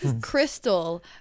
Crystal